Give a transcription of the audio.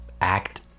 act